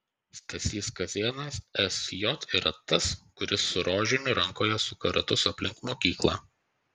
stasys kazėnas sj yra tas kuris su rožiniu rankoje suka ratus aplink mokyklą